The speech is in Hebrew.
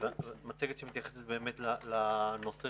שמתייחסת באמת לנושא